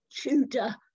Tudor